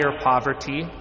poverty